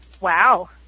Wow